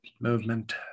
movement